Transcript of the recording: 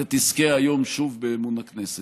ותזכה היום שוב באמון הכנסת.